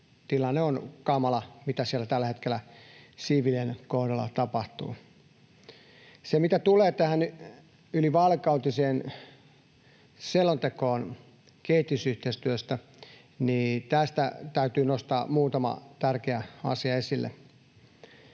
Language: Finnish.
tilanne on kamala, mitä siellä tällä hetkellä siviilien kohdalla tapahtuu. Mitä tulee tähän ylivaalikautiseen selontekoon kehitysyhteistyöstä, niin tästä täytyy nostaa muutama tärkeä asia esille: